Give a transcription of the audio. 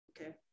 Okay